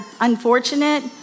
unfortunate